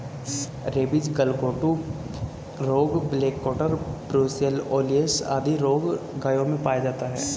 rabies, गलघोंटू रोग, black quarter, brucellosis आदि रोग गायों में पाया जाता है